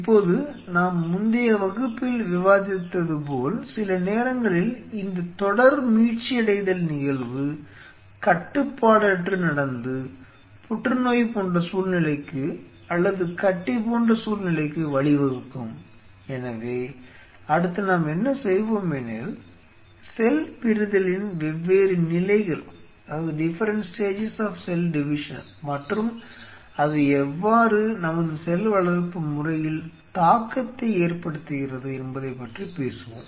இப்போது நாம் முந்தைய வகுப்பில் விவாதித்தது போல் சில நேரங்களில் இந்த தொடர் மீட்சியடைதல் நிகழ்வு கட்டுப்பாடற்று நடந்து புற்றுநோய் போன்ற சூழ்நிலைக்கு அல்லது கட்டி போன்ற சூழ்நிலைக்கு வழிவகுக்கும் எனவே அடுத்து நாம் என்ன செய்வோம் எனில் செல் பிரிதலின் வெவ்வேறு நிலைகள் மற்றும் அது எவ்வாறு நமது செல் வளர்ப்பு முறையில் தாக்கத்தை ஏற்படுத்துகிறது என்பதைப் பற்றி பேசுவோம்